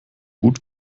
gut